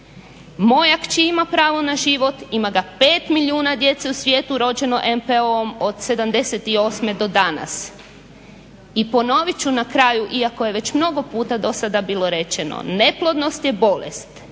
Moja kći ima pravo na život, ima ga 5 milijuna djece u svijetu rođeno MPO-om od sedamdeset i osme do danas. I ponovit ću na kraju iako je već mnogo puta do sada bilo rečeno neplodnost je bolest